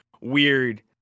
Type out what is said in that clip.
weird